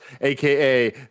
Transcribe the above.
aka